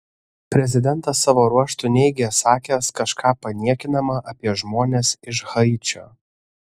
prezidentas savo ruožtu neigė sakęs kažką paniekinama apie žmones iš haičio